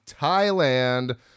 Thailand